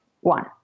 one